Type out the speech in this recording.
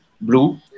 blue